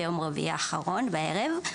ביום רביעי האחרון בערב.